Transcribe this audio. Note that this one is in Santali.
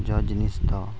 ᱡᱚ ᱡᱤᱱᱤᱥ ᱫᱚ